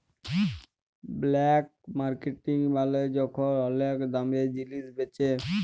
black marketing মালে যখল ওলেক দামে জিলিস বেঁচে